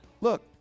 look